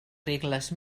regles